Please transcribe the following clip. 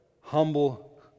humble